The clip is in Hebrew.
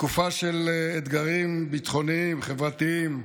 בתקופה של אתגרים ביטחוניים, חברתיים,